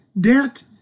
debt